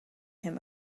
him